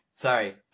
Sorry